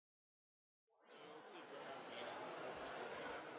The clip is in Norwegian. Da er